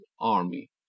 army